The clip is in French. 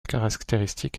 caractéristique